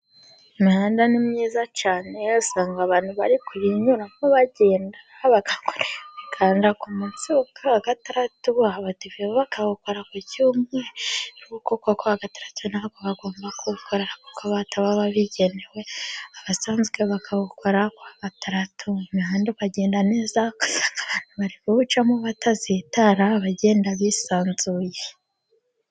Imihanda ni myiza cyane, usanga abantu bari kuyinyuramo, bagenda bagakora umuganda ku munsi wo ku wa Gatandatu, abadive bo bakawukora ku cyumweru, kuko ku wa Gatandatu ntabwo bagomba kuwukora kuko bataba babigenewe, abasanzwe bakawukora ku wa Gatandatu. Umuhanda ukagenda neza, ugasanga abantu bari kuwucamo badasitara bagenda bisanzuye.